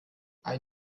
ein